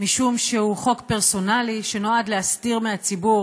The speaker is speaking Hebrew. משום שהוא חוק פרסונלי שנועד להסתיר מהציבור